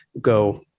go